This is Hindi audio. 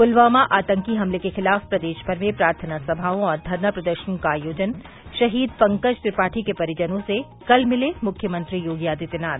पुलवामा आतंकी हमले के खिलाफ प्रदेश भर में प्रार्थना सभाओं और धरना प्रदर्शन का आयोजन शहीद पंकज त्रिपाठी के परिजनों से कल मिले मुख्यमंत्री योगी आदित्यनाथ